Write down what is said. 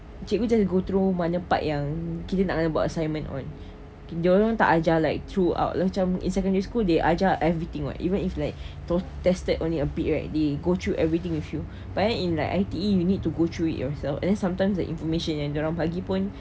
cikgu just go through mana part yang kita nak ada buat assignment [one] dia orang tak ajar like throughout macam in secondary school they ajar everything [what] even if like those tested only a bit right they go through everything with you but then in like I_T_E you need to go through it yourself and then sometimes the information and dia orang bagi pun